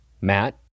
Matt